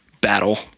battle